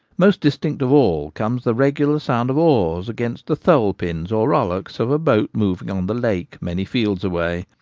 most distinct of all comes the regular sound of oars against the tholepins or rowlocks of a boat moving on the lake many fields away.